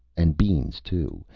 and beans, too.